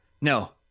No